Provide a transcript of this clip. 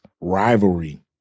rivalry